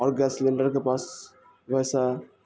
اور gas cylinder کے پاس جو ایسا